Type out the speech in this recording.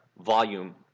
volume